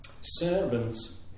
Servants